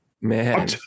man